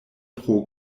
pro